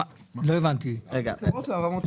אחמד טיבי, בבקשה.